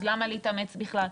אז למה להתאמץ בכלל?